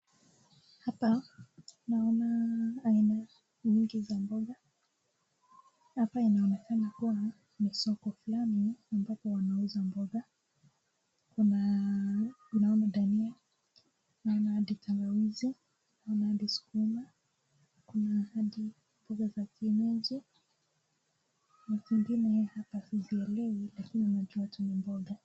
Hapa naona aina nyingi za mboga. Hapa inaoneka kuwa ni soko fulani ambapo wanauza mboga. Kuna dania, naona hadi tangawizi, naona hadi sukuma, kuna hadi mboga za kienyeji na zingine hapa sizielewi lakini najua tu ni mboga.